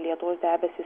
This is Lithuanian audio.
lietaus debesys